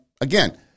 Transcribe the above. again